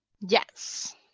Yes